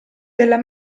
della